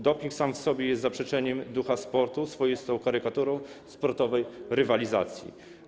Doping sam w sobie jest zaprzeczeniem ducha sportu, swoistą karykaturą sportowej rywalizacji.